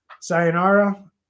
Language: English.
Sayonara